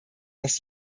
was